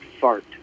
fart